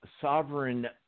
sovereign